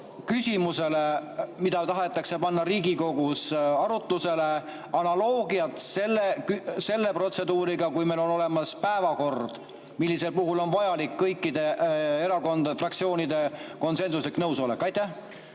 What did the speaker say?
küsimusele, mida tahetakse panna Riigikogus arutusele, miks me ei kohalda analoogiat selle protseduuriga, kui meil on olemas päevakord, millisel puhul on vajalik kõikide erakondade, fraktsioonide konsensuslik nõusolek. Aitäh!